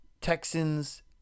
texans